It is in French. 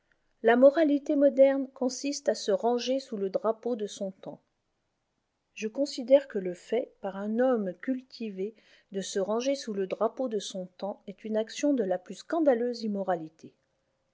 la moralité moderne consiste à se ranger sous le drapeau de son temps je considère que le fait par un homme cultivé de se ranger sous le drapeau de son temps est une action de la plus scandaleuse immoralité